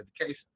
education